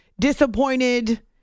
disappointed